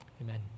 Amen